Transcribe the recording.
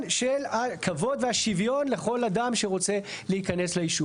של הכבוד והשוויון לכל אדם שרוצה להיכנס לישוב.